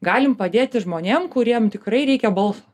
galim padėti žmonėm kuriem tikrai reikia balso